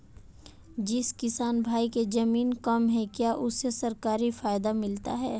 जिस किसान भाई के ज़मीन कम है क्या उसे सरकारी फायदा मिलता है?